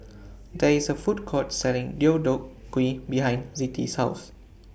There IS A Food Court Selling Deodeok Gui behind Zettie's House